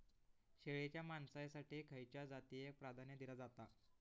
शेळीच्या मांसाएसाठी खयच्या जातीएक प्राधान्य दिला जाता?